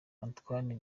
antoine